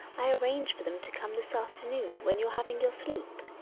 i arranged for them to come this afternoon, when you're having your sleep.